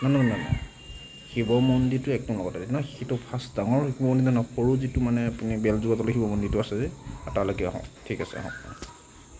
নহয় নহয় নহয় নহয় শিৱ মন্দিৰটোৰ একদম লগতে যিটো নহয় সেইটো ফাৰ্ষ্ট ডাঙৰ নহয় সৰু যিটো মানে আপুনি বেলজোপাৰ তলতে দেখিব শিৱ মন্দিৰটো আছে যে তালৈকে আহক ঠিক আছে হয় হয় হয়